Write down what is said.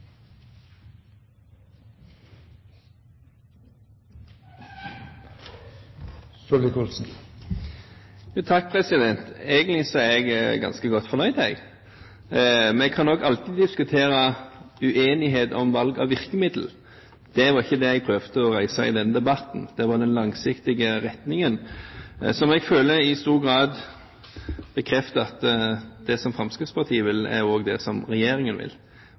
Egentlig er jeg ganske godt fornøyd, jeg. Vi kan alltid diskutere uenighet om valg av virkemiddel. Det var ikke det jeg prøvde å reise i denne debatten – det var den langsiktige retningen, som jeg føler i stor grad bekrefter at det som Fremskrittspartiet vil, også er det som regjeringen vil.